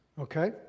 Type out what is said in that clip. okay